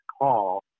call